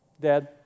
Dad